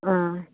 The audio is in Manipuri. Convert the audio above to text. ꯑꯣ